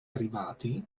arrivati